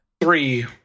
three